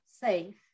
safe